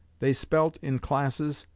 they spelt in classes,